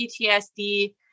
PTSD